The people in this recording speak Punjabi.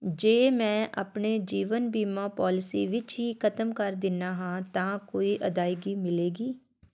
ਜੇ ਮੈਂ ਆਪਣੇ ਜੀਵਨ ਬੀਮਾ ਪੋਲਿਸੀ ਵਿੱਚ ਹੀ ਖ਼ਤਮ ਕਰ ਦਿੰਦਾ ਹਾਂ ਤਾਂ ਕੋਈ ਅਦਾਇਗੀ ਮਿਲੇਗੀ